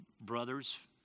brothers